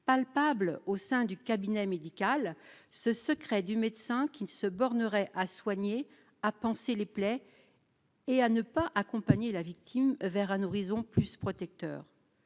palpable au sein du cabinet médical, ce secret du médecin qui se bornerait à soigner à panser les plaies. Et à ne pas accompagner la victime vers un horizon plus protecteur,